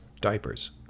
diapers